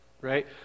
Right